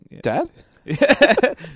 Dad